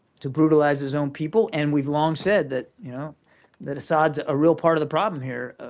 to brutalize his own people, and we've long said that you know that assad's a real part of the problem here.